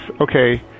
okay